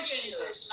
Jesus